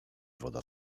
woda